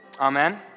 Amen